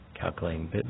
calculating